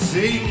See